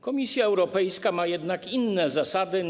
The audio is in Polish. Komisja Europejska ma jednak inne zasady.